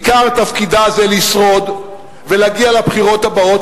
עיקר תפקידה זה לשרוד ולהגיע לבחירות הבאות,